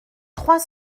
trois